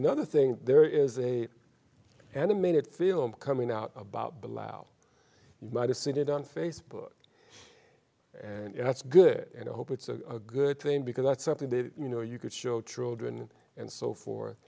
another thing there is a animated film coming out about ballout you might have seen it on facebook and that's good and i hope it's a good thing because that's something that you know you could show children and so forth